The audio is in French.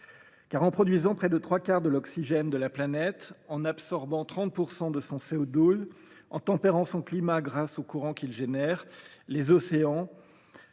En produisant près des trois quarts de l’oxygène de la planète, en absorbant 30 % de son CO2 et en tempérant son climat grâce aux courants qu’ils génèrent, les océans